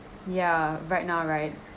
ya right now right